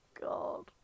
God